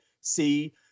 see